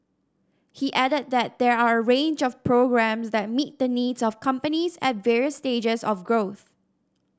he added that there are a range of programmes that meet the needs of companies at various stages of growth